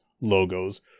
logos